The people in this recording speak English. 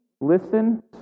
listen